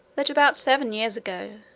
that about seven years ago,